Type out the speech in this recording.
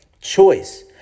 Choice